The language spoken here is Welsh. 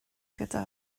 gyda